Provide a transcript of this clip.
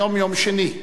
היום יום שני,